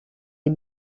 est